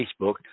facebook